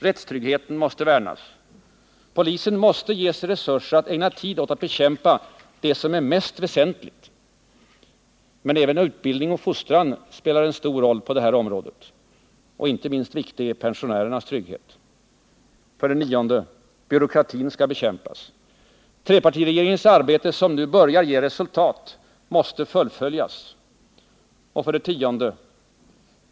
Rättstryggheten måste värnas. Polisen måste ges resurser att ägna tid åt att bekämpa det som är mest väsentligt. Men även utbildning och fostran spelar en stor roll på det här området. Inte minst viktig är pensionärernas trygghet. 9. Byråkratin måste bekämpas. Trepartiregeringens arbete, som nu börjar ge resultat, måste fullföljas. 10.